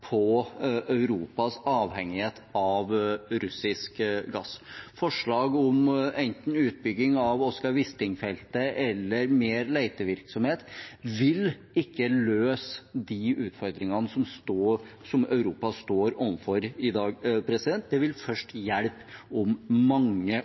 på Europas avhengighet av russisk gass. Forslag om enten utbygging av Oscar Wisting-feltet eller mer letevirksomhet vil ikke løse de utfordringene som Europa står overfor i dag. Det vil først hjelpe om mange år, og det vil